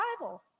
bible